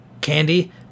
candy